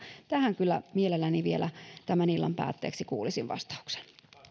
tähän kyllä mielelläni vielä tämän illan päätteeksi kuulisin vastauksen